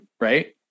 Right